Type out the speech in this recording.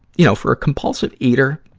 you know, for a compulsive eater,